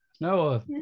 No